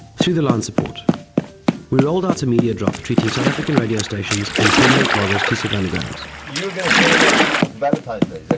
through the line support we rolled out a media drop, treating south african radio stations and prominent bloggers to savannagrams. you are going to serenade people for valentine's